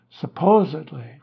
supposedly